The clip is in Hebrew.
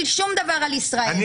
שום דבר על ישראל.